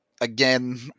Again